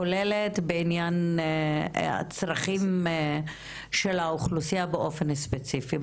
כוללת בעניין הצרכים של האוכלוסייה באופן ספציפי.